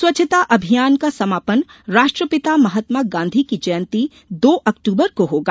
स्वच्छता अभियान का समापन राष्ट्रपिता महात्मा गांधी की जयंती दो अक्टूबर को होगा